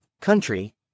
Country